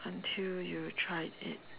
until you tried it